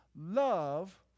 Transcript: love